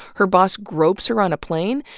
her boss gropes her on a plane,